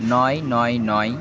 নয় নয় নয়